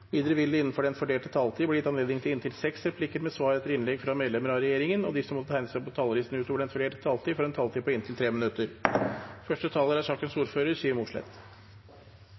Videre vil det ikke bli gitt anledning til replikker, og de som måtte tegne seg på talerlisten utover den fordelte taletid, får en taletid på inntil 3 minutter.